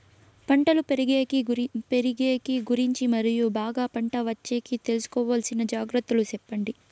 పంటలు పెరిగేకి గురించి మరియు బాగా పంట వచ్చేకి తీసుకోవాల్సిన జాగ్రత్త లు సెప్పండి?